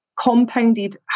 compounded